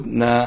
na